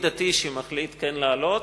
אבל יהודי דתי שמחליט כן לעלות,